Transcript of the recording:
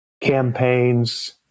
campaigns